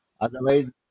Otherwise